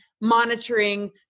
monitoring